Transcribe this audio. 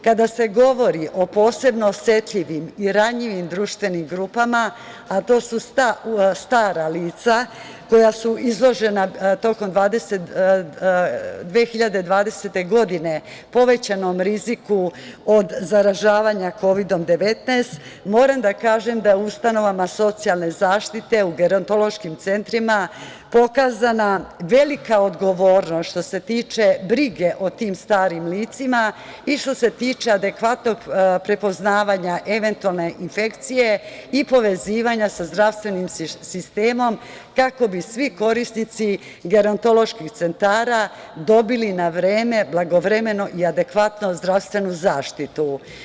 Kada se govori o posebno osetljivim i ranjivim društvenim grupama, a to su stara lica koja su izložena tokom 2020. godine povećanom riziku od zaražavanja Kovidom 19, moram da kažem da u ustanovama socijalne zaštite, u gerontološkim centrima pokazana je velika odgovornost što se tiče brige o tim starim licima i što se tiče adekvatno prepoznavanje eventualne infekcije i povezivanja sa zdravstvenim sistemom kako bi svi korisnici gerontoloških centara dobili na vreme, blagovremeno i adekvatnu zdravstvenu zaštitu.